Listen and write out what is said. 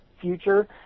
future